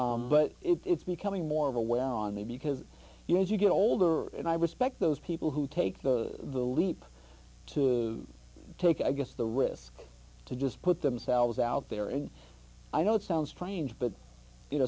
but it's becoming more of a well on the because you know as you get older and i respect those people who take the the leap to take i guess the risk to just put themselves out there and i know it sounds strange but you know